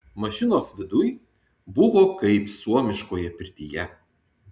mašinos viduj buvo kaip suomiškoje pirtyje